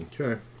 Okay